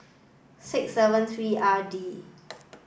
six seven three R D